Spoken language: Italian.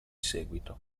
seguito